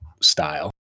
style